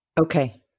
Okay